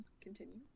Continue